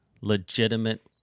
legitimate